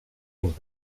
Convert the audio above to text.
els